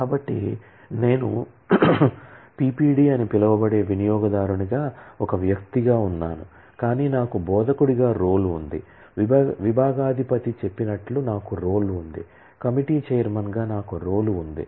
కాబట్టి నేను PPD అని పిలువబడే వినియోగదారునిగా ఒక వ్యక్తిగా ఉన్నాను కాని నాకు బోధకుడిగా రోల్ ఉంది విభాగాధిపతి చెప్పినట్లు నాకు రోల్ ఉంది కమిటీ ఛైర్మన్గా నాకు రోల్ ఉంది